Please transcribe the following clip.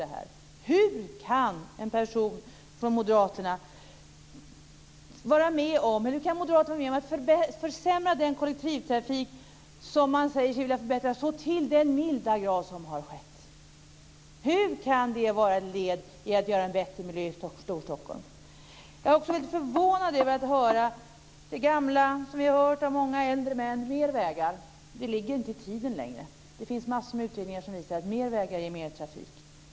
Det är många Stockholmsresenärer som säger: "Aldrig mer att jag röstar på ett borgerligt parti, för nu har det blivit kaos." Hur kan moderaterna vara med om att försämra den kollektivtrafik som man säger sig vilja förbättra så till den milda grad som har skett? Hur kan det vara ett led i att skapa en bättre miljö i Storstockholm? Jag har också blivit förvånad över att höra om det som äldre män brukar vilja ha, nämligen fler vägar. Det ligger inte i tiden längre. Det finns massor med utredningar som visar att fler vägar ger mer trafik.